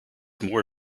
more